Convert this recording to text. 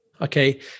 Okay